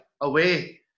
away